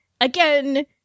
again